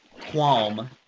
qualm